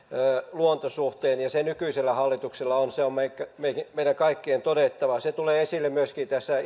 luontosuhteen ja se nykyisellä hallituksella on se on meidän meidän kaikkien todettava se tulee esille myöskin tässä